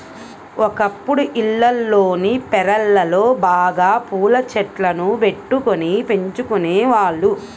ఒకప్పుడు ఇళ్లల్లోని పెరళ్ళలో బాగా పూల చెట్లను బెట్టుకొని పెంచుకునేవాళ్ళు